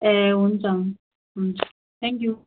ए हुन्छ हुन्छ हुन्छ थ्याङ्कयू